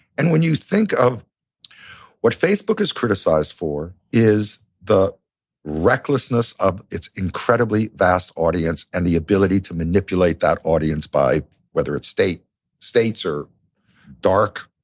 and when you think of what facebook is criticized for is the recklessness of its incredibly vast audience and the ability to manipulate that audience by whether it's states states or dark,